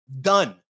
done